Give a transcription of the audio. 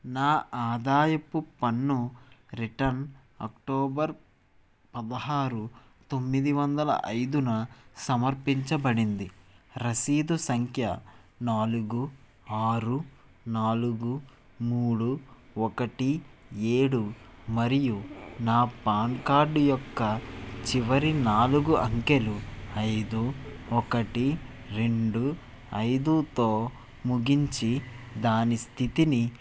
నా ఆదాయపు పన్ను రిటర్న్ అక్టోబర్ పదహారు తొమ్మిది వందల ఐదున సమర్పించబడింది రసీదు సంఖ్య నాలుగు ఆరు నాలుగు మూడు ఒకటి ఏడు మరియు నా పాన్ కార్డు యొక్క చివరి నాలుగు అంకెలు ఐదు ఒకటి రెండు ఐదుతో ముగించి దాని స్థితిని